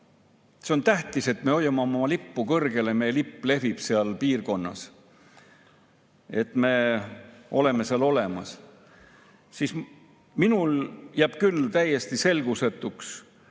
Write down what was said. see on tähtis, et me hoiame oma lippu kõrgel, et meie lipp lehvib seal piirkonnas, et me oleme seal olemas, siis minule jääb küll täiesti selgusetuks,